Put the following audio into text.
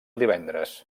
divendres